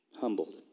humbled